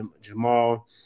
Jamal